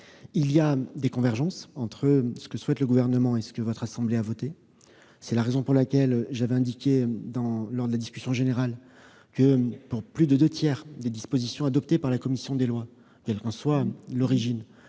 Il y a des convergences entre ce que souhaite le Gouvernement et ce que votre assemblée a voté. C'est la raison pour laquelle j'avais indiqué, lors de la discussion générale, que, sur plus de deux tiers des dispositions adoptées par la commission des lois, quelle qu'en soit l'origine,